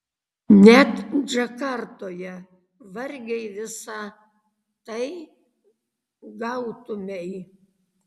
net džakartoje vargiai visa tai gautumei